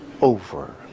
over